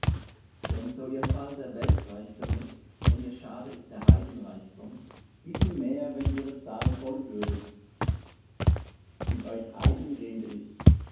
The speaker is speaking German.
denn so ihr fall der welt reichtum ist und ihr schade ist der heiden reichtum wie viel mehr wenn ihre zahl voll würde mit euch heiden rede ich